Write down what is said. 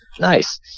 nice